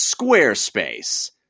Squarespace